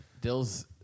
Dill's